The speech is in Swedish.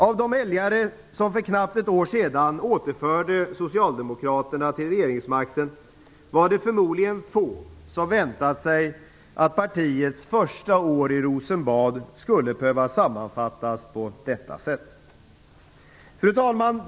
Av de väljare som för knappt ett år sedan återförde Socialdemokraterna till regeringsmakten var det förmodligen få som väntat sig att partiets första år i Rosenbad skulle behöva sammanfattas på detta sätt. Fru talman!